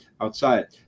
outside